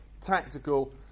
tactical